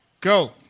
Go